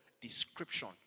description